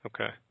Okay